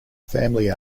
family